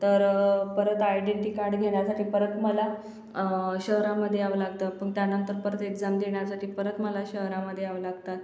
तर परत identity card घेण्यासाठी परत मला शहरामध्ये यावं लागतं पण त्यानंतर परत एक्झाम देण्यासाठी परत मला शहरामध्ये यावं लागतात